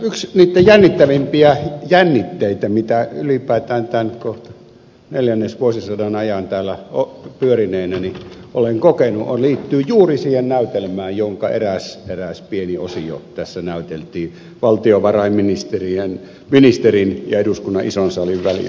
yksi niitä jännittävimpiä jännitteitä mitä ylipäätään tämän kohta neljännesvuosisadan ajan täällä pyörineenä olen kokenut liittyy juuri siihen näytelmään jonka eräs pieni osio tässä näyteltiin valtiovarainministerin ja eduskunnan ison salin välillä